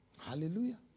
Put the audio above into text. Hallelujah